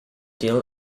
deal